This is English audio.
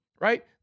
right